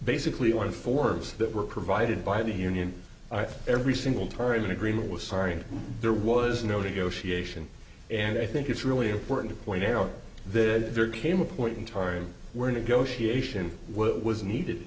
basically one forms that were provided by the union every single time an agreement was signed there was no negotiation and i think it's really important to point out then there came a point in time where negotiation what was needed